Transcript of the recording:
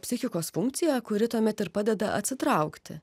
psichikos funkcija kuri tuomet ir padeda atsitraukti